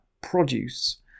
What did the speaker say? produce